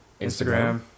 Instagram